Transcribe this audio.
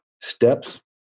steps